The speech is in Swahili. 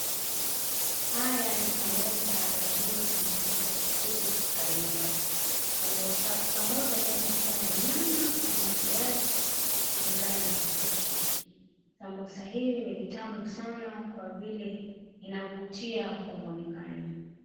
Haya ni samosa yaliyotengenezwa vizuri vikaiva. Samosa inaeza kuwa ya nyama ama viazi kulingana na mpishi. Samosa hivi ni vitamu sana kwa vile inavutia kwa muonekano.